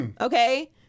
Okay